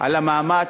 על המאמץ,